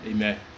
Amen